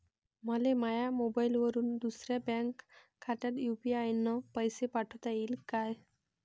मले माह्या मोबाईलवरून दुसऱ्या बँक खात्यात यू.पी.आय न पैसे पाठोता येईन काय?